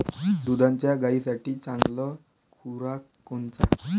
दुधाच्या गायीसाठी चांगला खुराक कोनचा?